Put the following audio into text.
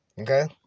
Okay